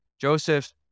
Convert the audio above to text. Joseph